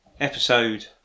episode